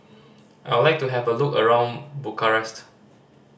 I would like to have a look around Bucharest